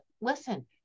listen